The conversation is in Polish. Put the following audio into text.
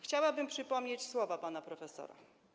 Chciałabym przypomnieć słowa pana profesora.